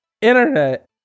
internet